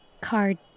Card